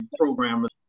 programmers